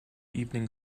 evening